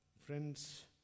Friends